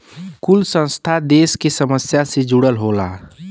कुल संस्था देस के समस्या से जुड़ल होला